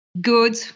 good